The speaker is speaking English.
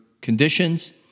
conditions